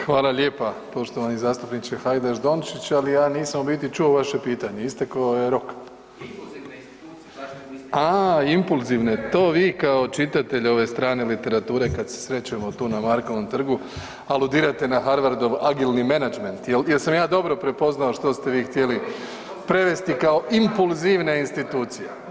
Hvala lijepa poštovani zastupniče Hajdaš Dončić, ali ja nisam u biti čuo vaše pitanje, istekao je rok. … [[Upadica sa strane, ne razumije se.]] A, impulzivne, to vi kao čitatelj ove strane literature kad se srećemo tu na Markovom trgu, aludirate na Harvardov agilni menadžment, jesam ja dobro prepoznao što ste vi htjeli prevesti kao impulzivne institucije?